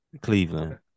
Cleveland